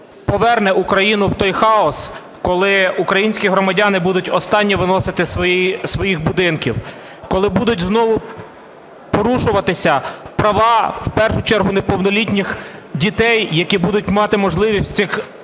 поверне Україну в той хаос, коли українські громадяни будуть останнє виносити зі своїх будинків. Коли будуть знову порушуватися права в першу чергу неповнолітніх дітей, які будуть мати можливість в цих